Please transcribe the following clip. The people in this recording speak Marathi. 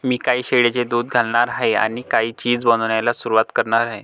मी काही शेळ्यांचे दूध घालणार आहे आणि काही चीज बनवायला सुरुवात करणार आहे